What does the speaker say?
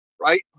right